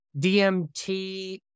DMT